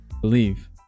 believe